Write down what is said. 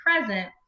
present